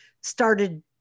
started